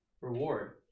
Reward